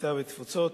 הקליטה והתפוצות,